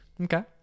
Okay